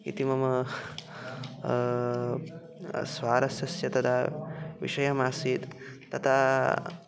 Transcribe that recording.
इति मम स्वारस्यस्य तदा विषयः आसीत् तथा